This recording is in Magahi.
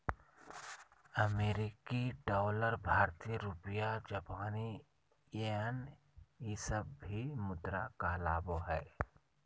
अमेरिकी डॉलर भारतीय रुपया जापानी येन ई सब भी मुद्रा कहलाबो हइ